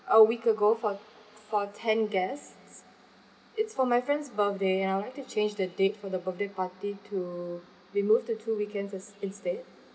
made a week ago for for ten guests s~ it's for my friend's birthday and I'd like to change the date for the birthday party to be moved to two weekends instead